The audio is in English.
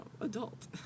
adult